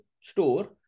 store